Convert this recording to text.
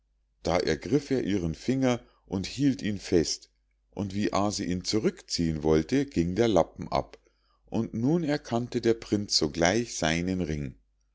da ergriff er ihren finger und hielt ihn fest und wie aase ihn zurückziehen wollte ging der lappen ab und nun erkannte der prinz sogleich seinen ring